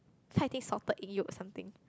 so I think salted egg yolk is something